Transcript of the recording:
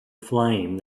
flame